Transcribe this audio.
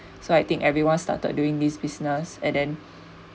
so I think everyone started doing this business and then